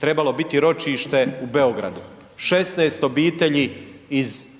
trebalo biti ročište u Beogradu. 16 obitelji iz Sotina